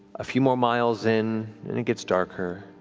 a few more miles in, and it gets darker